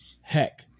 heck